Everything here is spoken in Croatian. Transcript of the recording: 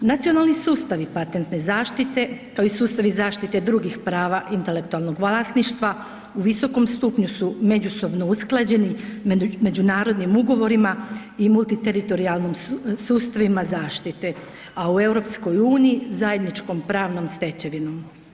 Nacionalni sustavi patentne zaštite, kao i sustavi drugih prava intelektualnog vlasništva u visokom stupnju su međusobno usklađeni međunarodnim ugovorima i multiteritorijalnim sustavima zaštite, a u EU zajedničkom pravnom stečevinom.